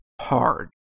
hard